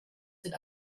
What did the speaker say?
sind